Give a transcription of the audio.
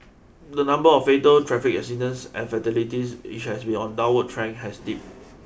the number of fatal traffic accidents and fatalities which has been on a downward trend has dipped